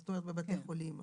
זאת אומרת, בבתי חולים.